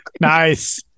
Nice